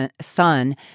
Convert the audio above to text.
son